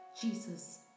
Jesus